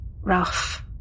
rough